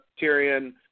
Tyrion